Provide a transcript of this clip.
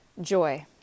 Joy